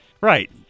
Right